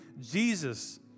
Jesus